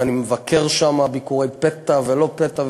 ואני מבקר שם ביקורי פתע ולא פתע,